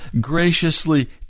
graciously